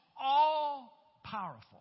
all-powerful